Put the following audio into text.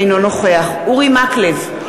אינו נוכח אורי מקלב,